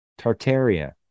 Tartaria